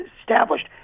established